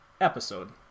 episode